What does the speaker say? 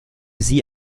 sie